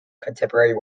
contemporary